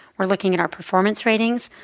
we're looking at our performance ratings.